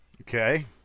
Okay